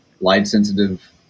light-sensitive